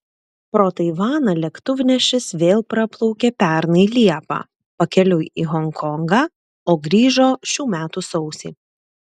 pro taivaną lėktuvnešis vėl praplaukė pernai liepą pakeliui į honkongą o grįžo šių metų sausį